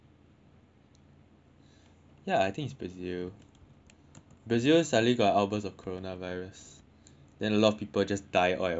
ya I think its Brazil Brazil suddenly got outburst of corona virus then a lot of people just die at once